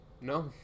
no